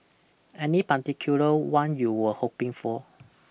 any particular one you were hoping for